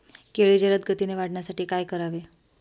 केळी जलदगतीने वाढण्यासाठी काय करावे?